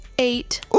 Eight